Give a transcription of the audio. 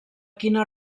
quina